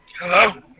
Hello